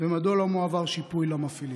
2. מדוע לא מועבר שיפוי למפעילים?